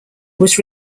was